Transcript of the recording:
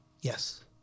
Yes